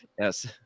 Yes